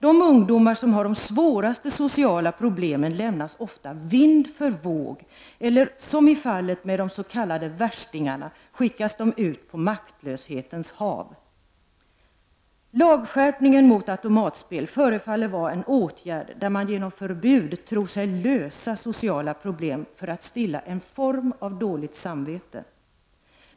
De ungdomar som har de svåraste sociala problemen lämnas ofta vind för våg. Eller också, som fallet är med de s.k. värstingarna, skickas de ut på maktlöshetens hav. Lagskärpningen mot automatspel förefaller vara en åtgärd där man genom förbud tror sig lösa sociala problem för att stilla en form av dåligt samvete.